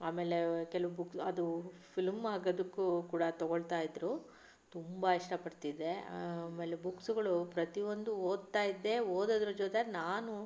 ಆಮೇಲೆ ಕೆಲವು ಬುಕ್ ಅದು ಫಿಲ್ಮ್ ಆಗೋದಕ್ಕೂ ಕೂಡ ತಗೊಳ್ತಾ ಇದ್ದರು ತುಂಬ ಇಷ್ಟಪಡ್ತಿದ್ದೆ ಆಮೇಲೆ ಬುಕ್ಸುಗಳು ಪ್ರತಿ ಒಂದು ಓದ್ತಾ ಇದ್ದೆ ಓದೋದರ ಜೊತೆ ನಾನು